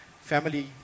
family